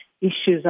issues